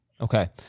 Okay